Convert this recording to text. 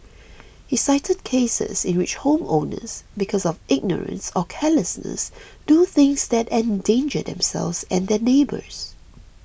he cited cases in which homeowners because of ignorance or carelessness do things that endanger themselves and their neighbours